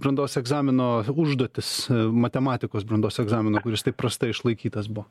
brandos egzamino užduotis matematikos brandos egzamino kuris taip prastai išlaikytas buvo